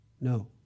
No